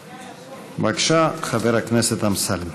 בבקשה, חבר הכנסת אמסלם.